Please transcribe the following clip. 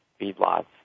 feedlots